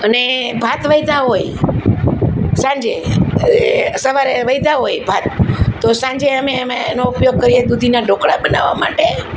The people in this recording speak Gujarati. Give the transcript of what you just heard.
અને ભાત વધ્યા હોય સાંજે સવારે વધ્યા હોય ભાત તો સાંજે અમે એમાં એનો ઉપયોગ કરીએ દૂધીનાં ઢોકળા બનાવવા માટે